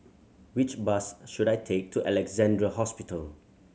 which bus should I take to Alexandra Hospital